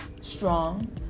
strong